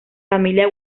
familia